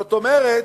זאת אומרת,